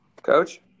Coach